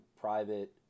private